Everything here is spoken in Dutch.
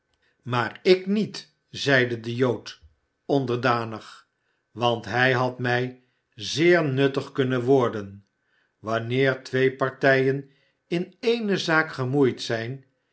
maar ik niet zeide de jood onderdanig want hij had mij zeer nuttig kunnen worden wanneer twee partijen in eene zaak gemoeid zijn